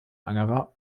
angerer